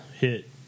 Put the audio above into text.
Hit